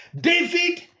David